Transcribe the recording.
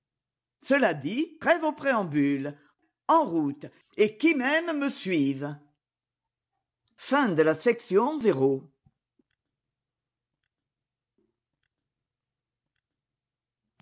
cela dit trêve aux préambules en route et qui m'aime me suive